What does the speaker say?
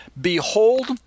Behold